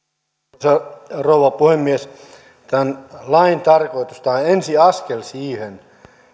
arvoisa rouva puhemies tämän lain tarkoitus on ja tämä on ensiaskel siihen